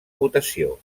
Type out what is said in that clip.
votació